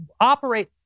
operate